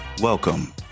Welcome